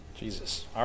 Jesus